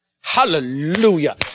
Hallelujah